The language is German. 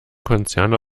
konzerne